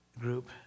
group